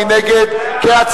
מי נגד?